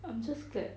I'm just glad